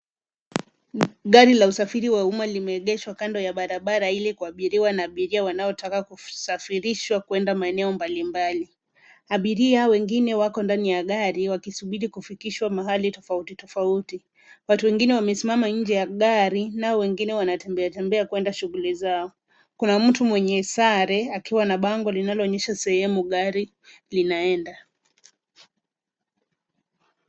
Gari la usafiri wa umma limeegeshwa kando ya barabara ili kuabiriwa na abiria wanaotaka kusafirishwa kwenda maeneo mbalimbali. Abiria wengine wako ndani ya gari wakisubiri kufikishwa mahali tofauti tofauti. Watu wengine wamesimama nje ya gari, nao wengine wanatembea tembea kuenda kwenye shughuli zao. Kuna mtu mwenye sare, akiwa na bango linaloonyesha sehemu gari linaenda.